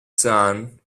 son